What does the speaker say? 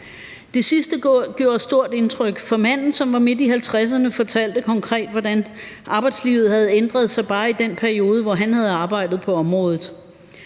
Det sidste gjorde et stort indtryk, for manden, som var midt i 50'erne, fortalte konkret, hvordan arbejdslivet havde ændret sig bare i den periode, hvor han havde arbejdet på området.